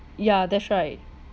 ya that's right